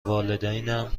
والدینم